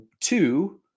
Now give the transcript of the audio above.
two